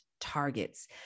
targets